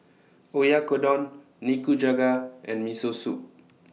Oyakodon Nikujaga and Miso Soup